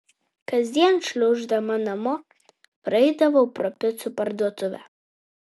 kasdien šliauždama namo praeidavau pro picų parduotuvę